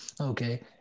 Okay